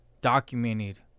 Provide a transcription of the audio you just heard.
documented